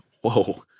Whoa